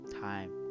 time